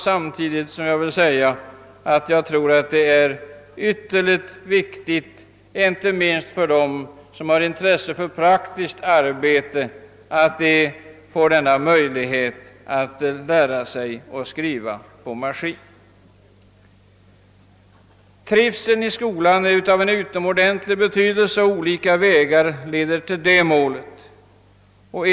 Samtidigt vill jag emellertid säga att jag tror det är viktigt, inte minst för dem som har intresse för praktiskt arbete, att de får denna möjlighet att lära sig skriva på maskin. Trivseln i skolan är av utomordentlig betydelse, och olika vägar kan leda till att sådan trivsel skapas.